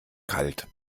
kalt